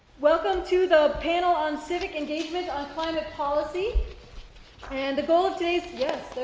welcome to the panel on civic engagement on climate policy and the goal of today's, yes, there